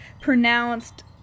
pronounced